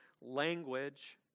language